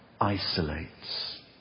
isolates